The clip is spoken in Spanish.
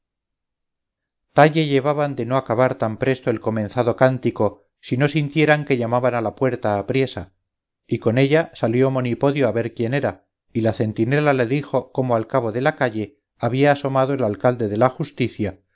talle llevaban de no acabar tan presto el comenzado cántico si no sintieran que llamaban a la puerta apriesa y con ella salió monipodio a ver quién era y la centinela le dijo cómo al cabo de la calle había asomado el alcalde de la justicia